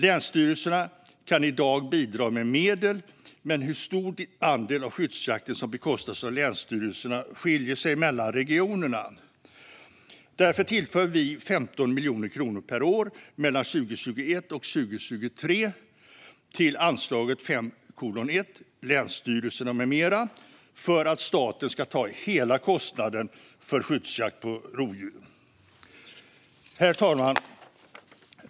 Länsstyrelserna kan i dag bidra med medel, men hur stor andel av skyddsjakten som bekostas av länsstyrelserna skiljer sig mellan regionerna. Därför tillför vi 15 miljoner kronor per år 2021-2023 till anslaget 5:1 Länsstyrelserna m.m. för att staten ska ta hela kostnaden för skyddsjakt på rovdjur. Herr talman!